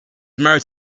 married